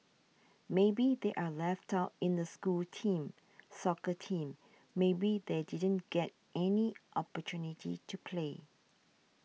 maybe they are left out in the school teams soccer team maybe they didn't get any opportunity to play